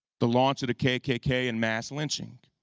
the launch of the kkk and mass lynching.